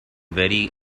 very